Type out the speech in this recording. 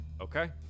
Okay